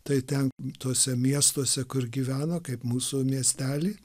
tai ten tuose miestuose kur gyveno kaip mūsų miestely